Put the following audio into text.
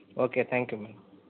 okay madam thank you